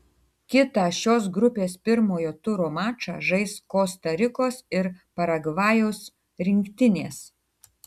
kitą šios grupės pirmojo turo mačą žais kosta rikos ir paragvajaus rinktinės